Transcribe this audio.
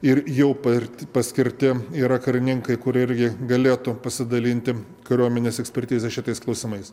ir jau ir paskirti yra karininkai kurie irgi galėtų pasidalinti kariuomenės ekspertize šitais klausimais